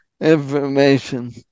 information